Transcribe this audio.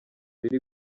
biri